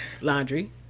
laundry